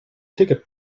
ticket